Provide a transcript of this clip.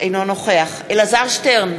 אינו נוכח אלעזר שטרן,